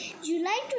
July